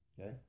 Okay